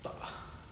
tak ah